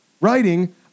writing